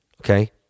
Okay